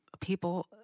people